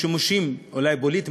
שימושים אולי פוליטיים,